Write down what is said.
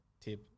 tip